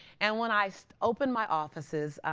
and when i so opened my offices,